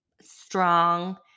strong